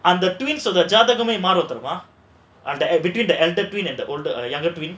அந்த:andha twins அந்த ஜாதகமே மாறும் தெரியுமா:andha jadhagamae maarum theriyumaa between elder twin and the older or younger twin